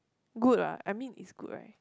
good [what] I mean it's good right